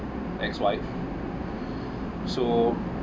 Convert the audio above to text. ex-wife so